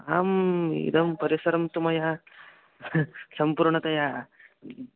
आम् इदं परिसरं तु मया सम्पूर्णतया